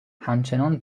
همچنان